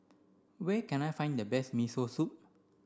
where can I find the best Miso Soup